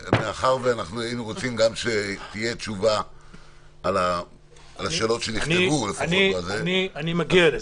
מאחר שהיינו רוצים שתהיה גם תשובה על השאלות שנכתבו -- אני מגיע לזה.